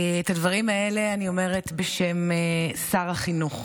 את הדברים האלה אני אומרת בשם שר החינוך.